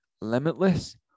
limitless